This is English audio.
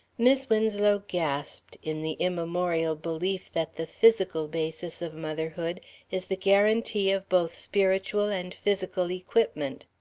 mis' winslow gasped, in the immemorial belief that the physical basis of motherhood is the guarantee of both spiritual and physical equipment.